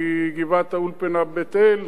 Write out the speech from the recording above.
מגבעת-האולפנה בבית-אל,